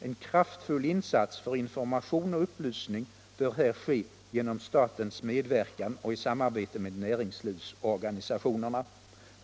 En kraftfull insats för information och upplysning bör här ske genom statens medverkan och i samarbete med näringslivsorganisationerna.